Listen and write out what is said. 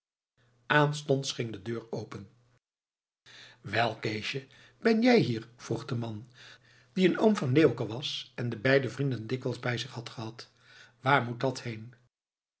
aanstonds ging de deur open wel keesje ben jij hier vroeg de man die een oom van leeuwke was en de beide vrienden dikwijls bij zich had gehad waar moet dat heen